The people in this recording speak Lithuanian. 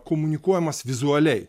komunikuojamas vizualiai